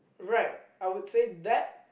right I would say that